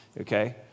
okay